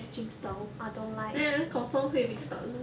teaching style then confirm 会 mixed up 的